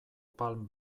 palm